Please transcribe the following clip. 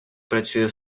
працює